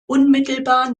unmittelbar